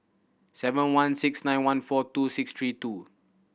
seven one six nine one four two six three two